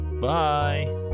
bye